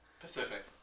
Pacific